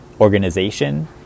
organization